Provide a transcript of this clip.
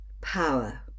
power